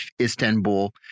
Istanbul